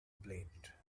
plate